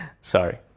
Sorry